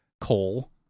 coal